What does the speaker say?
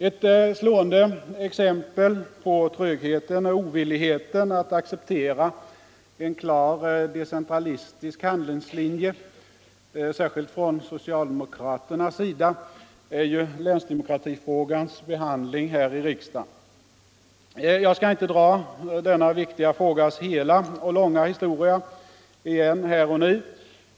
Ett slående exempel på trögheten och ovilligheten att acceptera en klar decentralistisk handlingslinje, särskilt från socialdemokraternas sida, är ju länsdemokratifrågans behandling här i riksdagen. Jag skall inte dra denna viktiga frågas hela och långa historia igen här och nu.